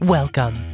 Welcome